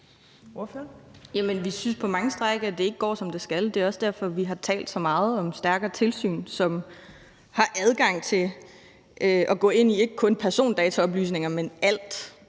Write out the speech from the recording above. vi synes på mange stræk, at det ikke går, som det skal. Det er også derfor, vi har talt så meget om et stærkere tilsyn, som har adgang til at gå ind i ikke kun persondataoplysninger, men i alt.